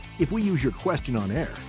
if we use your question on air,